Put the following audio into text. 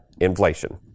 inflation